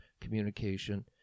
communication